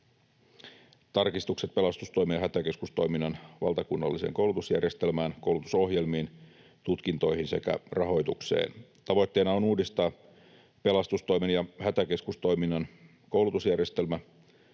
tarkistukset pelastustoimen ja hätäkeskustoiminnan valtakunnalliseen koulutusjärjestelmään, koulutusohjelmiin, tutkintoihin sekä rahoitukseen. Tavoitteena on uudistaa pelastustoimen ja hätäkeskustoiminnan koulutusjärjestelmä